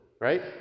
Right